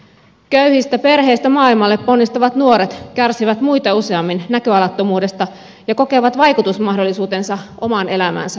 köyhistä perheistä maailmalle ponnistavat nuoret kärsivät muita useammin näköalattomuudesta ja kokevat vaikutusmahdollisuutensa omaan elämäänsä mitättömiksi